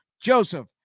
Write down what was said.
joseph